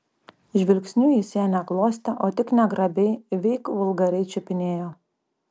žvilgsniu jis ją ne glostė o tik negrabiai veik vulgariai čiupinėjo